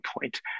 point